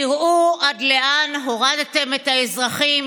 תראו עד לאן הורדתם את האזרחים,